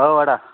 औ आदा